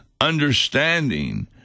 understanding